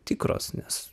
tikros nes